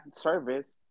service